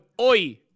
oi